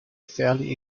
fairly